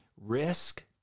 Risk